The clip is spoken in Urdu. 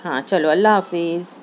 ہاں چلو اللہ حافظ